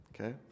Okay